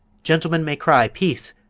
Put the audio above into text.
gentlemen may cry peace,